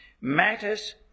Matters